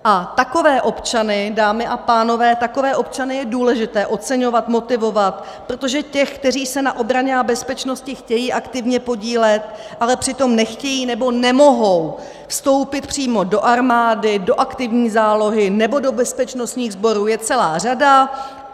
A takové občany, dámy a pánové, takové občany je důležité oceňovat, motivovat, protože těch, kteří se na obraně a bezpečnosti chtějí aktivně podílet, ale přitom nechtějí nebo nemohou vstoupit přímo do armády, do aktivní zálohy nebo do bezpečnostních sborů, je celá řada.